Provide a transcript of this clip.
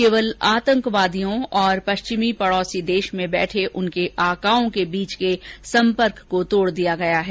केवल आतंकवादियों और पश्चिमी पड़ोसी देश में बैठे उनके आकाओं के बीच के संपर्क को तोड़ दिया गया है